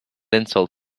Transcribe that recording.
insult